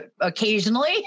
occasionally